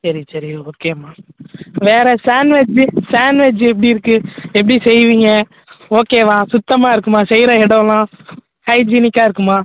சரி சரி ஓகேம்மா வேறு சாண்ட்வெஜ்ஜு சாண்ட்வெஜ்ஜு எப்படி இருக்குது எப்படி செய்வீங்க ஓகேவா சுத்தமாக இருக்குமா செய்கிற இடம்லாம் ஹைஜீனிக்கா இருக்குமா